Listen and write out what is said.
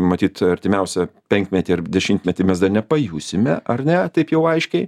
matyt artimiausią penkmetį ar dešimtmetį mes dar nepajusime ar ne taip jau aiškiai